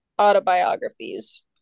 autobiographies